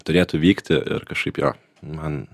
turėtų vykti ir kažkaip jo man